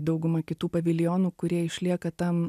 dauguma kitų paviljonų kurie išlieka tam